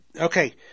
Okay